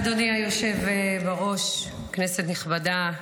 אדוני היושב בראש, כנסת נכבדה,